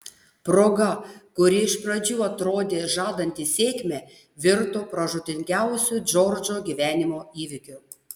proga kuri iš pradžių atrodė žadanti sėkmę virto pražūtingiausiu džordžo gyvenimo įvykiu